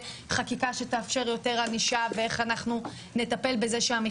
חקיקה שתאפשר יותר ענישה ואיך נטפל בכך שלא נשים את כספי